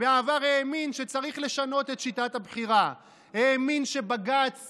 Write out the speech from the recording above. האמין שצריך לשנות את שיטת הבחירה, האמין שבג"ץ